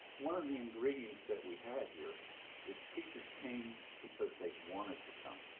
one of the ingredients that we had here is teachers came because they wanted to come,